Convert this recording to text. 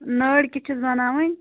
نٔرۍ کِتھٕ چھِس بَناوٕنۍ